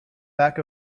back